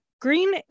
Green